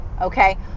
okay